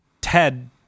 Ted